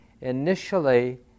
initially